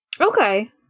Okay